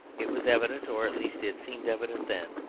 it was evident, or at least it seemed evident then,